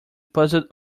puzzled